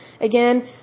Again